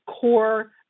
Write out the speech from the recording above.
core